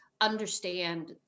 understand